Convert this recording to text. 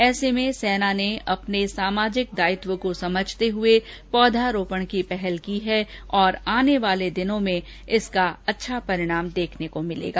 ऐसे में सेना ने अपने सामजिक दायित्व को देखते हुए पौधारोपण की पहल की है और आने वाले दिनों में इसका अच्छा परिणाम देखने को मिलेगा